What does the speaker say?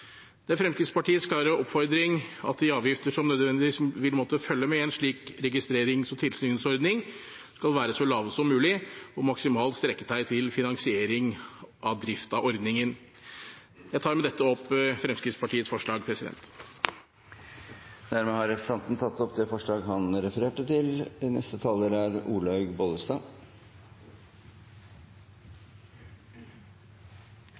Det er Fremskrittspartiets klare oppfordring at de avgifter som nødvendigvis vil måtte følge med en slik registrerings- og tilsynsordning, skal være så lave som mulig og maksimalt strekke seg til finansiering av drift av ordningen. Jeg tar med dette opp Fremskrittspartiets forslag. Representanten Morten Wold har tatt opp det forslaget han refererte til.